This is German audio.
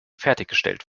fertiggestellt